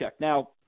Now